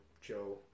Joe